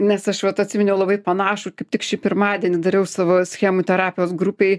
nes aš vat atsiminiau labai panašų kaip tik šį pirmadienį dariau savo schemų terapijos grupei